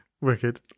Wicked